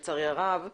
לצערי הרב,